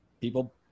people